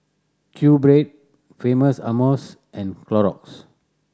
QBread Famous Amos and Clorox